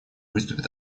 выступит